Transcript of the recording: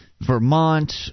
Vermont